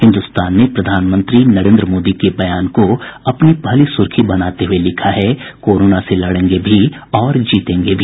हिन्दुस्तान ने प्रधानमंत्री नरेन्द्र मोदी के बयान को अपनी पहली सुर्खी बनाते हुए लिखा है कोरोना से लड़ेंगे भी और जीतेंगे भी